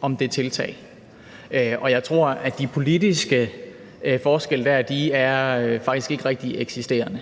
om det tiltag, og jeg tror, at de politiske forskelle dér faktisk ikke rigtigt er eksisterende.